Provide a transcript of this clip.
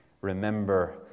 remember